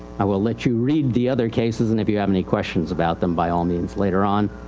i will let you read the other cases and if you have any questions about them by all means later on,